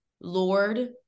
Lord